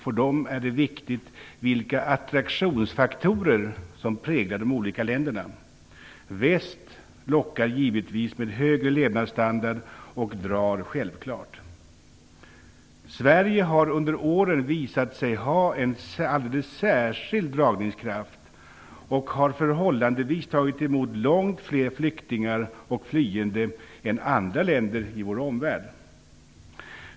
För dem är det viktigt vilka attrationsfaktorer som präglar de olika länderna. Väst lockar givetvis med högre levnadsstandard och drar självklart. Sverige har under åren visat sig ha en alldeles särskild dragningskraft och har jämförelsevis tagit emot långt fler flyktingar och flyende än vad andra länder gjort i vår omvärld.